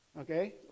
okay